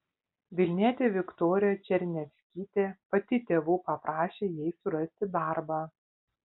vilnietė viktorija černiavskytė pati tėvų paprašė jai surasti darbą